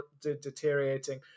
deteriorating